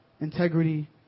integrity